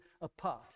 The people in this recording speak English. apart